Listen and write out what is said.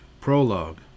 Prologue